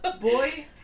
boy